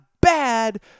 bad